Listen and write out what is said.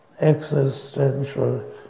existential